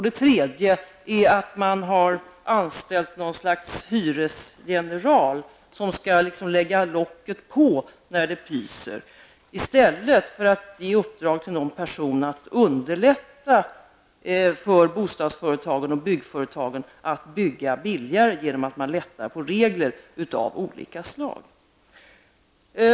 Det tredje är att man har anställt något slags hyresgeneral som liksom skall lägga locket på när det pyser, i stället för att ge någon person i uppdrag att underlätta för bostadsföretagen och byggföretagen att bygga billigare genom att lätta på regler av olika slag.